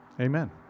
Amen